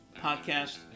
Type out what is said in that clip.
Podcast